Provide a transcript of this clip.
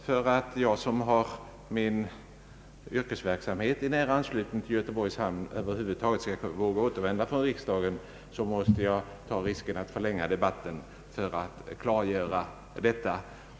För att jag, som har min yrkesverksamhet i nära anslutning till Göteborgs hamn, över huvud taget skall kunna återvända från riksdagen, måste jag ta risken att förlänga debatten för att klargöra detta.